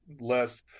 less